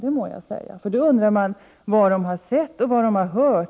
Då undrar man vad de har sett och hört.